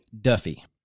Duffy